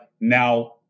now